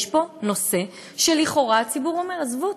יש פה נושא שלכאורה הציבור אומר: עזבו,